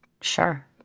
sure